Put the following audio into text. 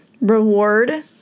reward